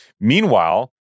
Meanwhile